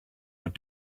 but